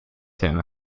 him